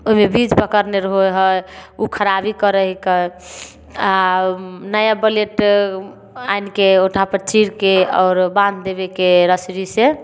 ओहिमे बीज पकड़ने रहै है ओ खराबी करै हीकै आ नया ब्लेड आनिके औंठा पर चीरके आओर बाँधि देबयके रसरी से